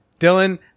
Dylan